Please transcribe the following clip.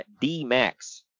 D-Max